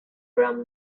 from